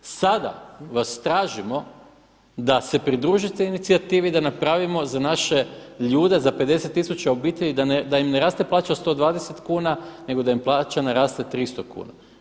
Sada vas tražimo da se pridružite inicijativi da napravimo za naše ljude za 50 tisuća obitelji da im ne raste plaća od 120 kuna nego da im plaća naraste 300 kuna.